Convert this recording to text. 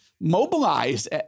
mobilized